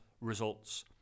results